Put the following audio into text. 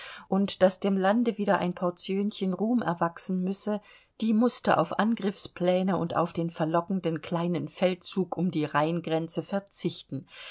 und daß dem lande wieder ein portiönchen ruhm erwachsen müsse die mußte auf angriffspläne und auf den verlockenden kleinen feldzug um die rheingrenze verzichten